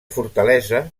fortalesa